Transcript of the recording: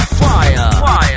fire